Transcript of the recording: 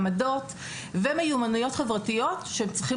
העמדות והמיומנויות החברתיות שהם צריכים